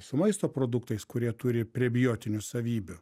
su maisto produktais kurie turi prebiotinių savybių